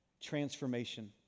transformation